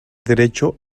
derecho